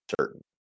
certain